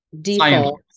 default